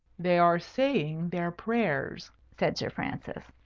they are saying their prayers, said sir francis.